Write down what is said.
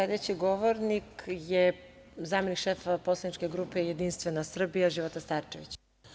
Sledeći govornik je zamenik šefa poslaničke grupe Jedinstvena Srbija Života Starčević.